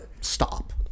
Stop